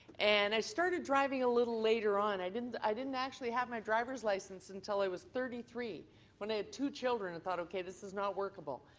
and i started driving a little later on, i didn't i didn't actually have my driver's license until i was thirty three when i had two children and thought okay, this is not workable.